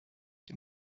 die